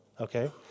okay